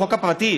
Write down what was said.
החוק הפרטי